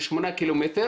לשמונה קילומטר